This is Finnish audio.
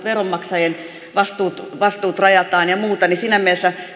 veronmaksajien vastuut vastuut rajataan ja muuta niin siinä mielessä